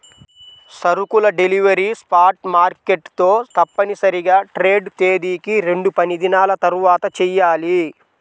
సరుకుల delivery spot market తో తప్పనిసరిగా ట్రేడ్ తేదీకి రెండుపనిదినాల తర్వాతచెయ్యాలి